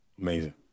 amazing